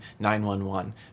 911